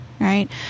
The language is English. Right